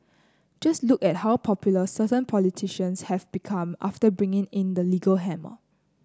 just look at how popular certain politicians have become after bringing in the legal hammer